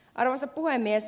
arvoisa puhemies